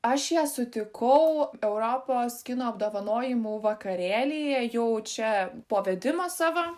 aš ją sutikau europos kino apdovanojimų vakarėlyje jau čia po vedimo savo